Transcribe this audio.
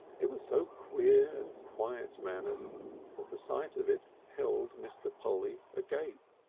it was so queer and quiet mannered that the sight of it held mr. polly agape.